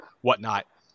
whatnot